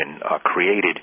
created